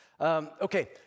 Okay